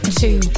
two